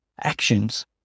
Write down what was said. actions